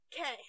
Okay